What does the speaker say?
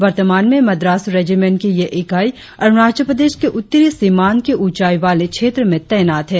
वर्तमान में मद्रास रेजिमेंट की यह इकाई अरुणाचल प्रदेश के उत्तरी सीमांत के उच्चाई वाले क्षेत्र में तैनात है